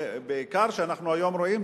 בעיקר כשאנחנו היום רואים,